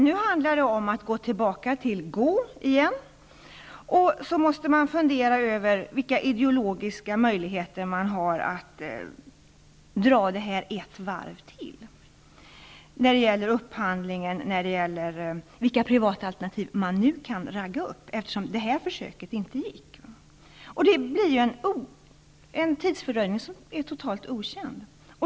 Nu handlar det om att återvända till utgångspunkten igen och fundera över vilka ideologiska möjligheter som man har att dra upphandlingen ett varv till och att se vilka privata alternativ som man nu kan ragga upp, eftersom detta försök inte gick. Det blir en tidsfördröjning vars storlek är totalt okänd.